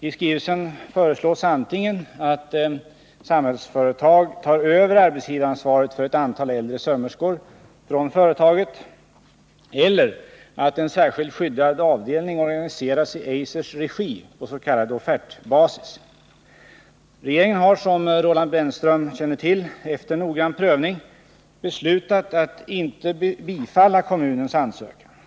I skrivelsen föreslås att Samhällsföretag tar över arbetsgivaransvaret för ett antal äldre sömmerskor från företaget eller att en särskild skyddad avdelning organiseras i Eisers regi på s.k. offertbasis. Regeringen har som Roland Brännström känner till, efter noggrann prövning, beslutat att inte bifalla kommunens ansökan.